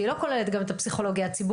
שהיא לא כוללת גם את הפסיכולוגיה הציבורית,